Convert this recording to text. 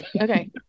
Okay